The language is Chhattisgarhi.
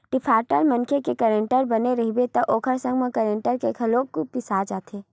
डिफाल्टर मनखे के गारंटर बने रहिबे त ओखर संग म गारंटर ह घलो पिसा जाथे